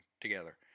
together